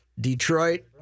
Detroit